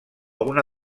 una